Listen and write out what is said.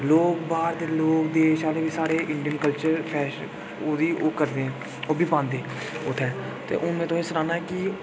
लोक बाह्र दे लोक साढ़े इंडियन कल्चर ओह्दी ओह् करदे ओह्बी पांदे उत्थै ते हून में तुसेंई सनाना कि